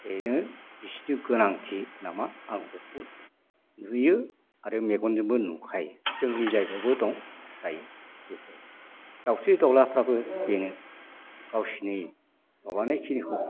बेनो बिसोरनि गोनांथि नामा आं बेखौ नुयो आरो मेगनजोंबो नुखायो जोंनि जायगायावबो दं दायो बेफोर दाउस्रि दाउलाफ्राबो बेनो गावसोरनि माबानायखिनिखौ